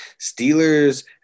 Steelers